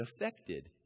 affected